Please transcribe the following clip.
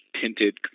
tinted